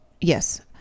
yes